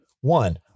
One